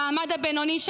המעמד הבינוני,